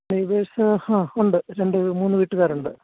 neighbours ആ ഉണ്ട് രണ്ട് മൂന്ന് വീട്ടുകാരുണ്ട്